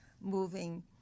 moving